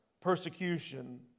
persecution